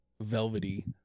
velvety